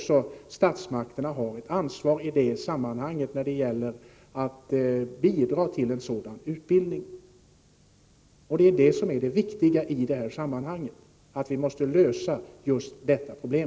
Statsmakterna har också ett ansvar i det sammanhanget för att bidra till en sådan utbildning. Det viktiga är att vi löser just detta problem.